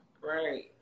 Right